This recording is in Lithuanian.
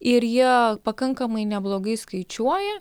ir jie pakankamai neblogai skaičiuoja